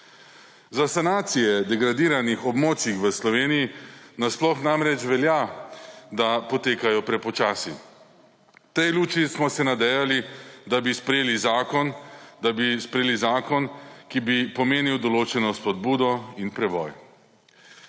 Za sanacije degradiranih območij v Sloveniji nasploh namreč velja, da potekajo prepočasi. V tej luči smo se nadejali, da bi sprejeli zakon, ki bi pomenil določeno spodbudo in preboj.